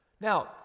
Now